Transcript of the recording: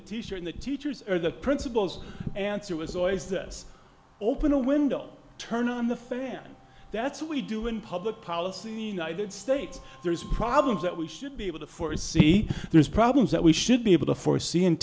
t shirt in the teachers or the principal's answer was always this open a window turn on the fair that's what we do in public policy states there's problems that we should be able to foresee there's problems that we should be able to foresee and